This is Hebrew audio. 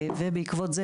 בעקבות זה,